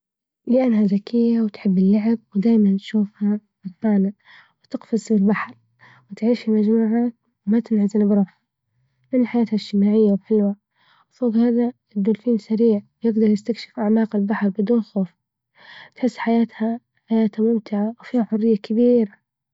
لإنها ذكية وتحب اللعب، ودايما نشوفها فرحانة وتقفز في البحر، وتعيش المجموعات وما تنعزل بروحها ، لإن حياتها إجتماعية وحلوة، وفوق هذا الدولفين سريع يجدر يستكشف أعماق البحر بدون خوف، تحس حياتها -حياتة ممتعة، وفيها حرية كبيرة.